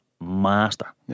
master